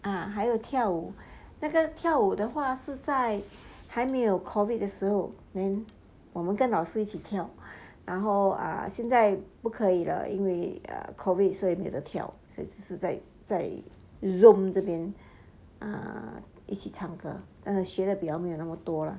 ah 还有跳舞那个跳舞的话是在还没有 COVID 的时候 then 我们跟老师一起跳然后现在不可以了因为 err COVID 所以没得跳就是在 zoom 这边一起唱歌学的比较没有那么多 lah